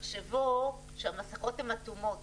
תחשבו שהמסכות אטומות